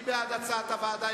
מי בעד הצעת הוועדה?